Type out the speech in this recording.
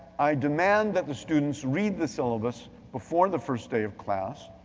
i demand that the students read the syllabus before the first day of class.